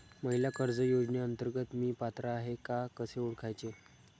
महिला कर्ज योजनेअंतर्गत मी पात्र आहे का कसे ओळखायचे?